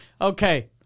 okay